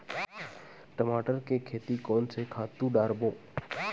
टमाटर के खेती कोन से खातु डारबो?